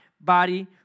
body